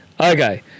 Okay